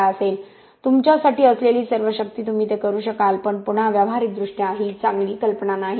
12 असेल तुमच्यासाठी असलेली सर्व शक्ती तुम्ही ते करू शकाल पण पुन्हा व्यावहारिकदृष्ट्या ही चांगली कल्पना नाही